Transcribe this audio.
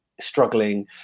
struggling